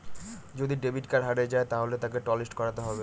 যদি debit card হারিয়ে যায় তাহলে তাকে টলিস্ট করাতে হবে